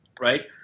right